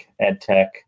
edtech